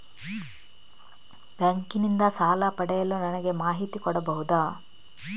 Bank ನಿಂದ ಸಾಲ ಪಡೆಯಲು ನನಗೆ ಮಾಹಿತಿ ಕೊಡಬಹುದ?